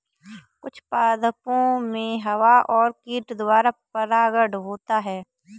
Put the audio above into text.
कुछ पादपो मे हवा और कीट द्वारा परागण होता है